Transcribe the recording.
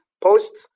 post